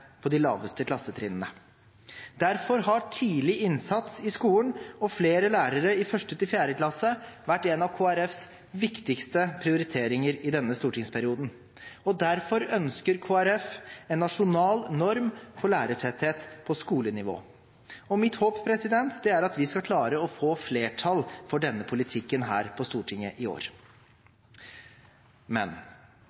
på de laveste klassetrinnene. Tidlig innsats i skolen og flere lærere i 1.–4. klasse har derfor vært en av Kristelig Folkepartis viktigste prioriteringer i denne stortingsperioden. Kristelig Folkeparti ønsker derfor en nasjonal norm for lærertetthet på skolenivå. Mitt håp er at vi skal klare å få flertall for denne politikken her på Stortinget i år.